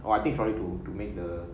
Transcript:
well I think forty two to make the